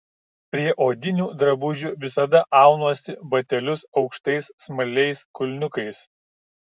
prie odinių drabužių visada aunuosi batelius aukštais smailiais kulniukais